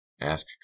Ask